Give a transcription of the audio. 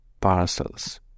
parcels